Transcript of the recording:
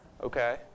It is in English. Okay